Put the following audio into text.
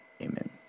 Amen